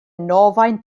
novaj